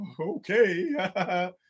okay